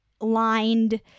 lined